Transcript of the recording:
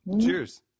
cheers